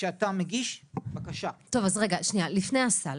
כשאתה מגיש בקשה --- לפני סל,